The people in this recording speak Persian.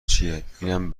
چیه؟ اینم